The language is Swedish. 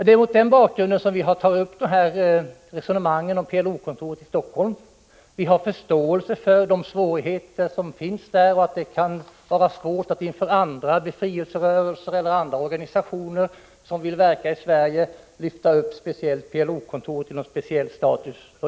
Det är mot den bakgrunden som vi har tagit upp resonemanget om PLO-kontoret i Helsingfors. Vi har förståelse för svårigheterna att för andra befrielserörelser eller andra organisationer som vill verka i Sverige motivera att man ger PLO-kontoret en speciell status.